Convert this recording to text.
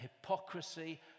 hypocrisy